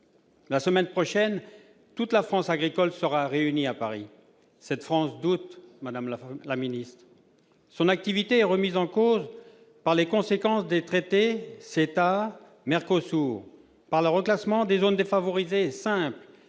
La semaine prochaine, toute la France agricole sera réunie à Paris. Cette France doute, madame la ministre. Son activité est remise en cause par les conséquences des traités CETA et MERCOSUR, par le reclassement des zones défavorisées simples,